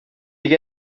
dich